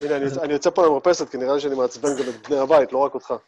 הנה, אני יוצא פה למרפסת, כי נראה לי שאני מעצבן גם את בני הבית, לא רק אותך.